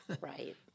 Right